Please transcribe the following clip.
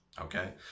okay